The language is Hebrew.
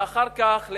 ואחר כך,